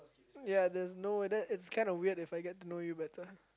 ya there's no whether then it's kind of weird If I get to know you better